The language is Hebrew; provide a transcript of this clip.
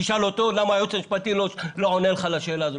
תשאל אותו למה היועץ המשפטי לא עונה לך על השאלה הזאת.